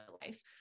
life